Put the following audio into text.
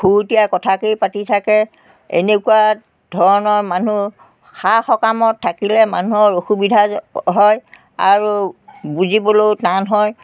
খুৰুতিয়াই কথাকেই পাতি থাকে এনেকুৱা ধৰণৰ মানুহ সা সকামত থাকিলে মানুহৰ অসুবিধা হয় আৰু বুজিবলৈও টান হয়